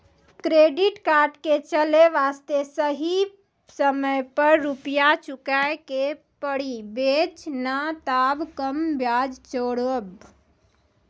Credit card के चले वास्ते सही समय पर रुपिया चुके के पड़ी बेंच ने ताब कम ब्याज जोरब?